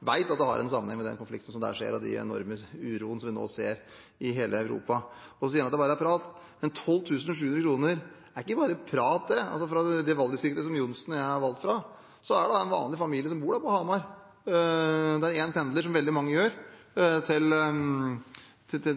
den enorme uroen som vi nå ser i hele Europa. Så sier han at det bare er prat, men 12 700 kr er ikke bare prat i valgdistriktet som Johnsen og jeg er valgt fra og for en vanlig familie som bor på Hamar, der en pendler til Oslo – som veldig mange gjør. De